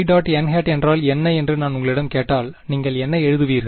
∇ϕ ·n என்றால் என்ன என்று நான் உங்களிடம் கேட்டால் நீங்கள் என்ன எழுதுவீர்கள்